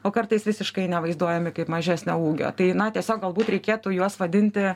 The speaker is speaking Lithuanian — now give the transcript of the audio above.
o kartais visiškai nevaizduojami kaip mažesnio ūgio tai na tiesiog galbūt reikėtų juos vadinti